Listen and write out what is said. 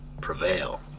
prevail